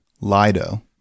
Lido